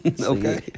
okay